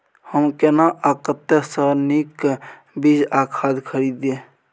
हम केना आ कतय स नीक बीज आ खाद खरीदे?